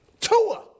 Tua